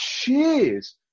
cheers